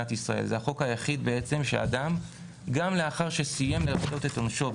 אינוס כל הדברים האלה זה עבירות שבגינן אדם שסיים לרצות את עונשו,